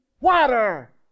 water